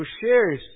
shares